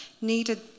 needed